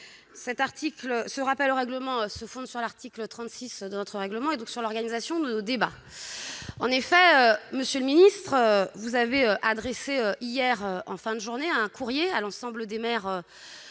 ce rappel au règlement se fonde sur l'article 36 de notre règlement, qui est relatif à l'organisation de nos débats. Monsieur le ministre, vous avez adressé hier en fin de journée un courrier à l'ensemble des maires